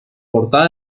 portada